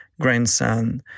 grandson